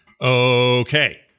Okay